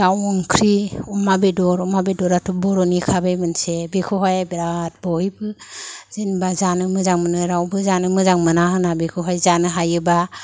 दाउ ओंख्रि अमा बेदर अमा बेदराथ' बर'निखा बे मोनसे बेखौहाय बिराद बयबो जेनेबा जानो मोजां मोनो रावबो जानो मोजां मोना होना बेखौहाय जानो हायोबा